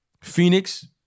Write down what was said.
Phoenix